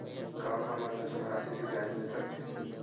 का हमन ला जमा राशि से ब्याज मिल सकथे?